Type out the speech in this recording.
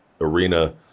arena